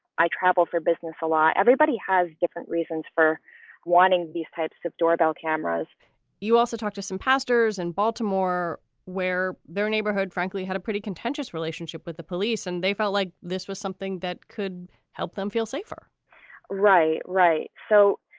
i travel for business a lot. everybody has different reasons for wanting these types of doorbell cameras you also talked to some pastors in baltimore where their neighborhood, frankly, had a pretty contentious relationship with the police and they felt like this was something that could help them feel safer right. right. so